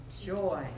joy